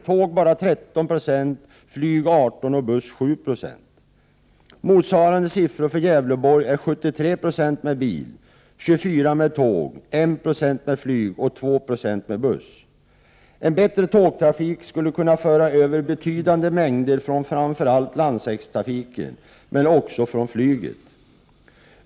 Tåg används av bara 13 26, flyg 18 26 och buss 7 70. Motsvarande siffror för Gävleborgs län är 73 Jo med bil, 24 7 med tåg, 1 26 med flyg och 2 70 med buss. En bättre tågtrafik skulle kunna föra över betydande mängder från framför allt landsvägstrafiken men också från flyget.